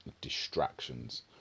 distractions